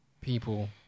people